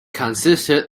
consisted